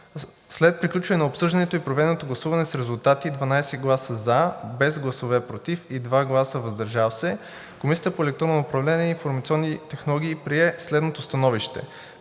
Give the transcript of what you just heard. След приключване на обсъждането и проведеното гласуване с резултати: 12 гласа „за“, без гласове „против“ и 2 гласа „въздържал се“, Комисията по електронно управление и информационни технологии прие следното становище: